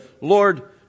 Lord